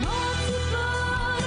יש לנו גם קבוצת מתנה.